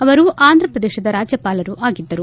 ಅವರು ಆಂಥ್ರ ಪ್ರದೇಶದ ರಾಜ್ಯಪಾಲರು ಆಗಿದ್ದರು